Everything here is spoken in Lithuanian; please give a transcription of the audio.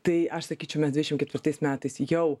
tai aš sakyčiau mes dvidešimt ketvirtais metais jau